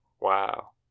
Wow